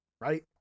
Right